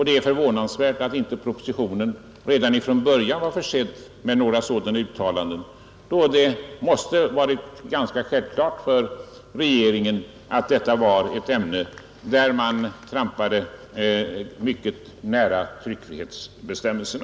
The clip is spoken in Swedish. Det är förvånansvärt att inte propositionen redan från början var försedd med några sådana uttalanden, då det måste ha varit ganska självklart för regeringen att detta var ett ämne där man trampade mycket nära tryckfrihetsbestämmelserna.